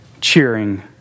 cheering